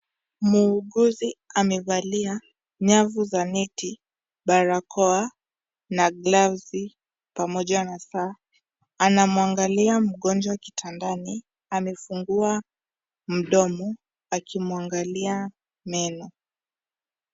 Muuguzi amevalia nyafu za neti, barakoa na (CS)gloves(CS)pamoja na saa, anamwangalia mgonjwa kitandani amefungua mdomo akimwangalia meno.